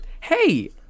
Hey